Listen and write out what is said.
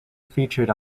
featured